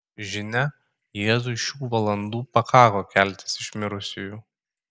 žinia jėzui šių valandų pakako keltis iš mirusiųjų